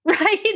Right